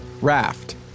Raft